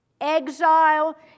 Exile